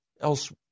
Else